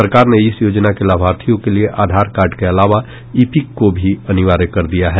सरकार ने इस योजना के लाभार्थियों के लिये आधार कार्ड के अलावा ईपिक को भी अनिवार्य कर दिया है